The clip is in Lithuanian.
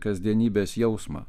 kasdienybės jausmą